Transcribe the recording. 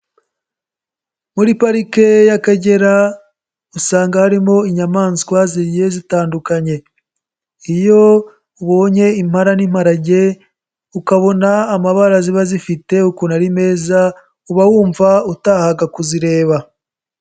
Muri Parike y'Akagera usanga harimo inyamaswa zigiye zitandukanye, iyo ubonye impara n'imparage ukabona amabara ziba zifite ukuntu ari meza uba wumva utahaga kuzireba.